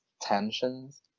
tensions